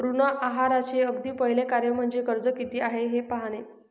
ऋण आहाराचे अगदी पहिले कार्य म्हणजे कर्ज किती आहे हे पाहणे